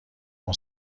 اون